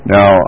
Now